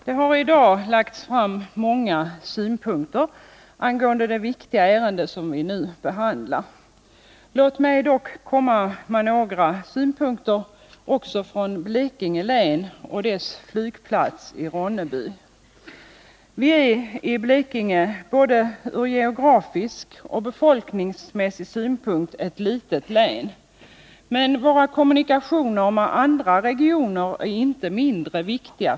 Herr talman! Många synpunkter har i dag förts fram angående det viktiga ärende vi nu behandlar. Låt mig dock komma med ytterligare några från Blekinge län och dess flygplats i Ronneby. Både geografiskt och befolkningsmässigt är Blekinge ett litet län. Men våra kommunikationer med andra regioner är för den skull inte mindre viktiga.